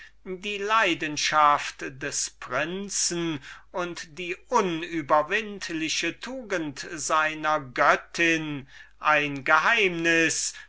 die leidenschaft dieses prinzen und die unüberwindliche tugend seiner göttin ein geheimnis